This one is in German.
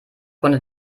konnte